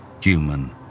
human